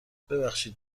ببخشید